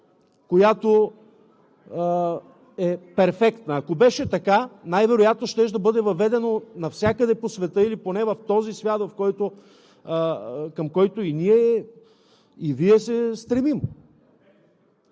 която е перфектна. Ако беше така, най-вероятно щеше да бъде въведено навсякъде по света или поне в този свят, към който и ние, и Вие се стремим.